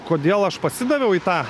kodėl aš pasidaviau į tą